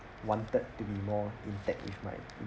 wanted to be more intact with my